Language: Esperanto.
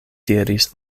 diris